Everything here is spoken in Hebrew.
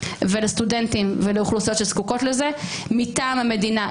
לסטודנטים ולאוכלוסיות שזקוקות לזה מטעם המדינה.